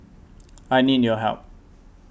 I need your help